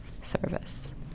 service